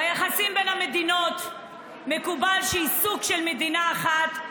ביחסים בין מדינות מקובל שעיסוק של מדינה אחת,